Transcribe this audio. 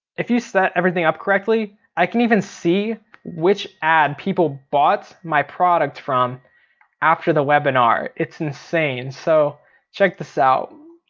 if you set everything up correctly, i can even see which ad people bought my product from after the webinar. it's insane. so check this out.